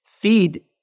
feed